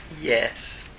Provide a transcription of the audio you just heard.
Yes